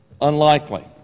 unlikely